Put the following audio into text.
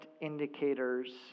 indicators